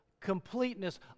completeness